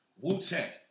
Wu-Tang